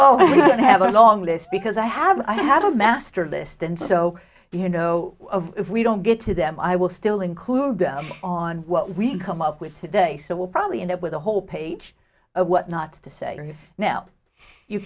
don't have a long list because i have i have a master list and so you know if we don't get to them i will still include them on what we come up with today so we'll probably end up with a whole page of what not to say are you